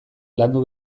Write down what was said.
landu